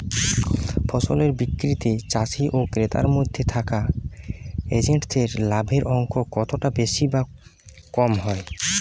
ফসলের বিক্রিতে চাষী ও ক্রেতার মধ্যে থাকা এজেন্টদের লাভের অঙ্ক কতটা বেশি বা কম হয়?